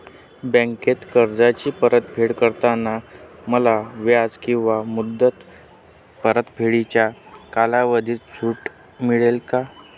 बँकेत कर्जाची परतफेड करताना मला व्याज किंवा मुद्दल परतफेडीच्या कालावधीत सूट मिळेल का?